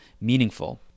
meaningful